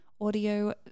audio